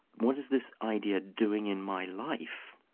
what is this idea doing in my life?